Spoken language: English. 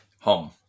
home